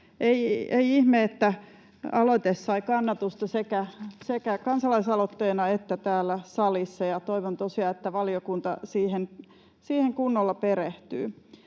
Ei ihme, että aloite sai kannatusta sekä kansalaisaloitteena että täällä salissa, ja toivon tosiaan, että valiokunta siihen kunnolla perehtyy.